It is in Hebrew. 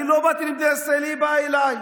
אני לא באתי למדינת ישראל, היא באה אליי.